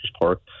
park